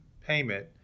payment